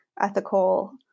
ethical